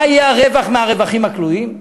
מה יהיה הרווח מהרווחים הכלואים,